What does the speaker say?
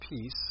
peace